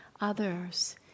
others